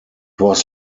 was